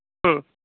ம்